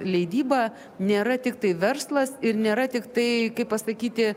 leidyba nėra tiktai verslas ir nėra tiktai kaip pasakyti